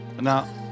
Now